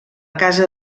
casa